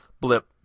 Blip